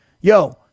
yo